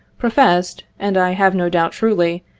professed, and i have no doubt truly,